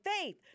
faith